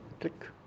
click